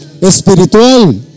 espiritual